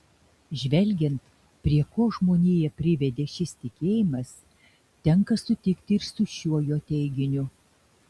žvelgiant prie ko žmoniją privedė šis tikėjimas tenka sutikti ir su šiuo jo teiginiu